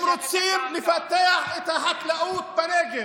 הם רוצים לפתח את החקלאות בנגב,